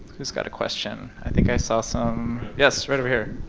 who's got a question? i think i saw some. yes. right over here.